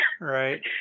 Right